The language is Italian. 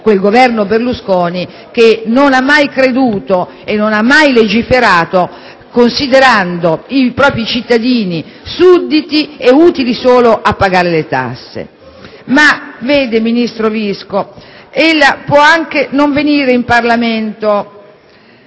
quel Governo Berlusconi che non ha mai legiferato considerando i propri cittadini sudditi e utili solo a pagare le tasse. Veda, vice ministro Visco, ella può anche non venire in Parlamento